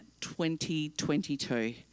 2022